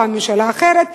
פעם ממשלה אחרת,